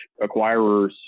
acquirers